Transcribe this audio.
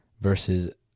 versus